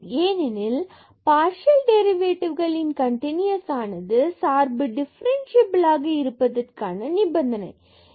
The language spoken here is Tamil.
ஏனெனில் பார்சியல் டெரிவேட்டிவ்களின் கன்டினுயசானது சார்பு டிஃபரன்ஸ்சியபிலாக இருப்பதற்கான நிபந்தனை ஆகும்